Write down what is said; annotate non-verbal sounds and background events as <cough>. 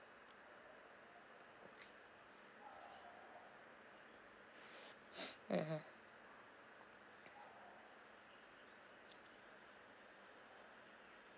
<breath> mmhmm